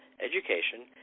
education